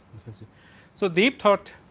so, deep thought